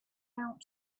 out